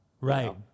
Right